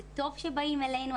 זה טוב שבאים אלינו,